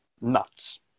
nuts